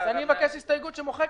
על העברת מידע.